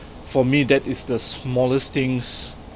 for me that is the smallest things